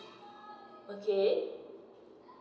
okay